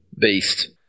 beast